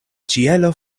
ĉielo